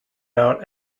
out